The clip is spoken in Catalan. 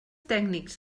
tècnics